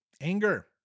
Anger